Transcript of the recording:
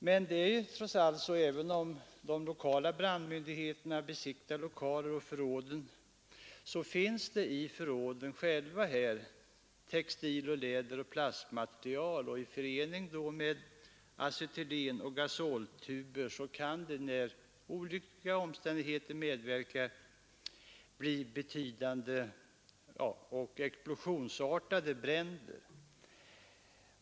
Men även om de lokala brandmyndigheterna besiktigar lokalerna och förråden, så kan det i förråd där läderoch plastmateriel förvaras tillsammans med acetylénoch gasoltuber, när olyckliga omständigheter medverkar, uppstå betydande och explosionsartade bränder.